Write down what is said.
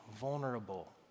vulnerable